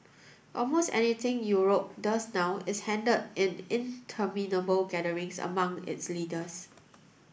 almost anything Europe does now is handled in interminable gatherings among its leaders